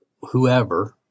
whoever